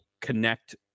connect